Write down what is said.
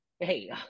Hey